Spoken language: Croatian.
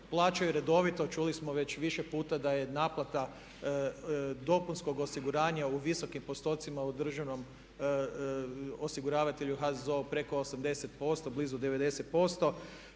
plaćaju redovito. Čuli smo već više puta da je naplata dopunskog osiguranja u visokim postocima u državnom osiguravatelju HZZO-u preko 80%, blizu 90%.